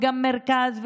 גם מרכז,